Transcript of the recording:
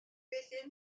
faisait